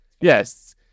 Yes